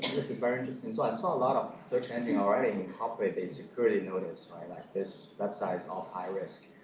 this is very interesting. so i saw a lot of search engine already incorporating the security notice that like this website is all high risk.